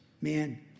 Man